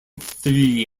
three